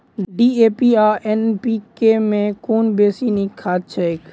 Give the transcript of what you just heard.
DAP आ NPK मे कुन बेसी नीक खाद छैक?